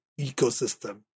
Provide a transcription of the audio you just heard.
ecosystem